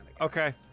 okay